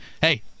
hey